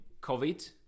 COVID